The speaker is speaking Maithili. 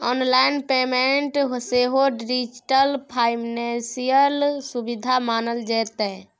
आनलाइन पेमेंट सेहो डिजिटल फाइनेंशियल सुविधा मानल जेतै